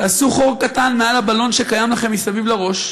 תעשו חור קטן בבלון שקיים לכם מסביב לראש,